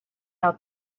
out